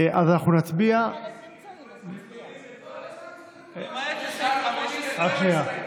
אז אנחנו נצביע, מצביעים על כל אחת?